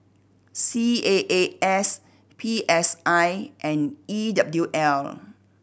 C A A S P S I and E W L